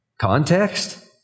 Context